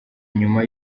nyuma